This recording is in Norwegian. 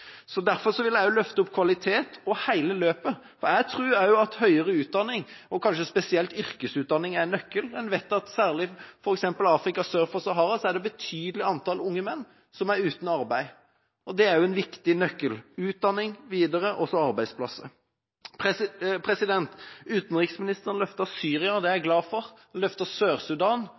Derfor vil jeg også løfte fram kvalitet på hele løpet. Jeg tror også at høyere utdanning, og kanskje spesielt yrkesutdanning, er en nøkkel. En vet at særlig f.eks. i Afrika sør for Sahara er det et betydelig antall unge menn som er uten arbeid. Det er også en viktig nøkkel: utdanning videre og så arbeidsplasser. Utenriksministeren løftet fram Syria-spørsmålet, og det er jeg glad for.